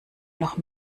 noch